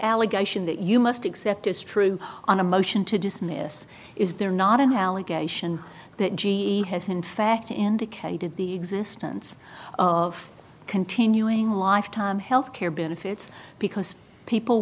allegation that you must accept as true on a motion to dismiss is there not an allegation that g e has in fact indicated the existence of continuing lifetime health care benefits because people